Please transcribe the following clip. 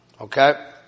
Okay